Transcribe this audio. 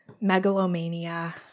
megalomania